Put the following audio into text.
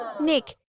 Nick